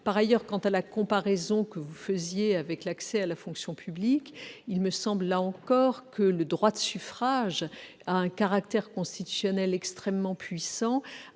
Par ailleurs, en ce qui concerne la comparaison que vous avez faite avec l'accès à la fonction publique, il me semble que le droit de suffrage a un caractère constitutionnel extrêmement puissant,